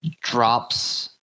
drops